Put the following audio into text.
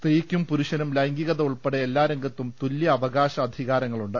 സ്ത്രീ യ്ക്കും പുരുഷനും ലൈംഗികത ഉൾപ്പടെ എല്ലാരംഗത്തും തുല്യ അവകാശ അധികാരങ്ങളുണ്ട്